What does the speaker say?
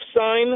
sign